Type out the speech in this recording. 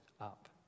up